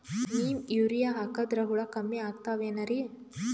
Neem urea ಹಾಕದ್ರ ಹುಳ ಕಮ್ಮಿ ಆಗತಾವೇನರಿ?